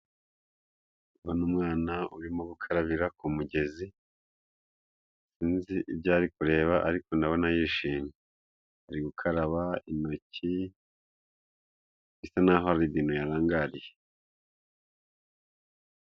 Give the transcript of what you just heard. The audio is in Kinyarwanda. Ndabona umwana urimo gukarabira ku mugezi sinzi ibya ari kureba ariko ndabona yishimye ari gukaraba intoki bisa n'aho hari ibintu yarangariye.